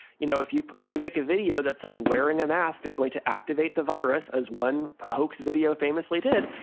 you know, if you if you make a video that says wearing a mask is going to activate the virus as one hoax video famously did.